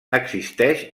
existeix